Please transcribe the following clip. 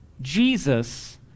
Jesus